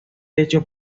hecho